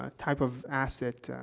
ah type of asset, ah,